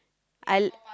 I